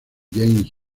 jamie